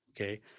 okay